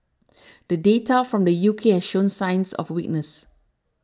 the data from the U K has shown signs of weakness